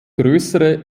größere